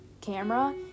camera